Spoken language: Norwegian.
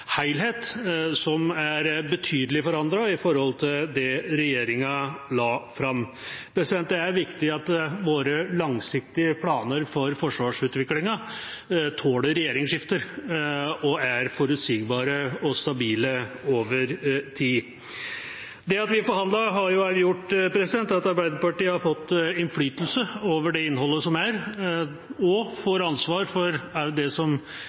som er betydelig forandret i forhold til det regjeringa la fram. Det er viktig at våre langsiktige planer for forsvarsutviklingen tåler regjeringsskifter og er forutsigbare og stabile over tid. Det at vi forhandlet, har jo også gjort at Arbeiderpartiet har fått innflytelse over innholdet og får ansvar også for det som